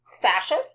fashion